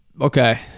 Okay